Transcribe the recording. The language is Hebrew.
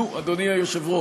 נו, אדוני היושב-ראש,